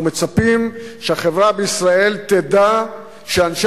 אנחנו מצפים שהחברה בישראל תדע שאנשי